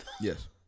Yes